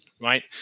right